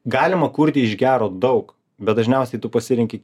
galima kurti iš gero daug bet dažniausiai tu pasirenki